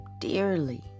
dearly